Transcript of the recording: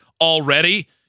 Already